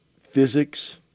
physics